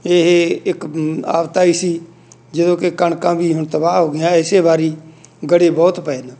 ਇਹ ਇੱਕ ਆਫਤ ਆਈ ਸੀ ਜਦੋਂ ਕਿ ਕਣਕਾਂ ਵੀ ਹੁਣ ਤਬਾਹ ਹੋ ਗਈਆਂ ਇਸੇ ਵਾਰੀ ਗੜੇ ਬਹੁਤ ਪਏ ਨੇ